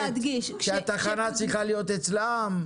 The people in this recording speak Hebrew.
חשוב לי להדגיש ---- ושהתחנה צריכה להיות אצלם.